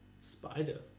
Spider